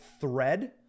thread